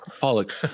Pollock